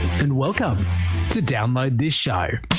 and welcome to download the shire,